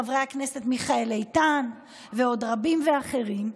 חבר הכנסת מיכאל איתן ועוד רבים ואחרים,